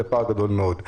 הוא פער גדול מאוד.